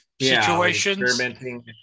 situations